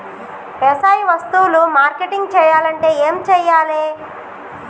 వ్యవసాయ వస్తువులు మార్కెటింగ్ చెయ్యాలంటే ఏం చెయ్యాలే?